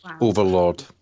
Overlord